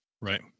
Right